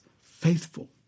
faithful